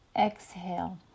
exhale